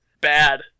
bad